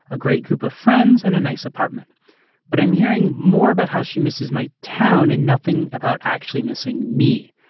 a great group of friends and a nice apartment but i'm hearing more about how she misses my town and nothing about actually missing me.